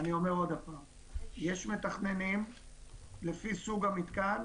יש מתכננים לפי סוג המתקן,